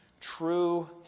True